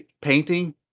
painting